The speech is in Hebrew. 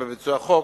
בפועל,